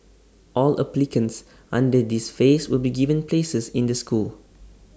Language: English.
all applicants under this phase will be given places in the school